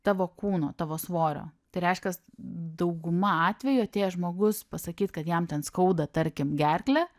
tavo kūno tavo svorio tai reiškias dauguma atvejų atėjęs žmogus pasakyt kad jam ten skauda tarkim gerklę